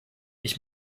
ich